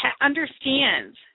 understands